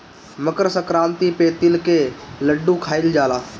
मकरसंक्रांति पे तिल के लड्डू खाइल जाला